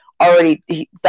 already